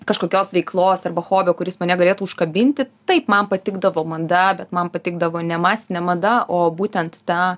kažkokios veiklos arba hobio kuris mane galėtų užkabinti taip man patikdavo mada bet man patikdavo ne masinė mada o būtent ta